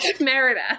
Merida